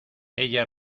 ella